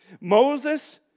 Moses